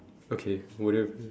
okay would it